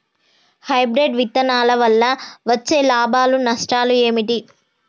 Hybrid విత్తనాల వల్ల వచ్చే లాభాలు నష్టాలు ఏమిటి?